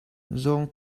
zawng